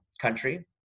country